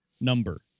number